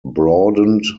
broadened